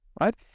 right